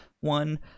one